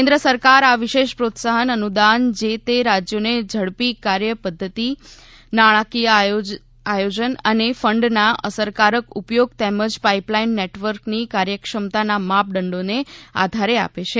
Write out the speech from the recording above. કેન્દ્ર સરકાર આ વિશેષ પ્રોત્સાહક અનુદાન જે તે રાજ્યોને ઝડપી કાર્ય પધ્ધતિ નાણાકીય આયોજન અને ફંડના અસરકારક ઉપયોગ તેમજ પાઇપલાઇન નેટવર્કની કાર્ય ક્ષમતાના માપદંડોને આધારે આપે છે